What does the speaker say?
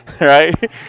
right